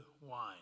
wine